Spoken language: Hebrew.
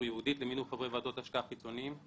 ייעודית למינוי חברי ועדות השקעה חיצוניים.